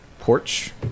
porch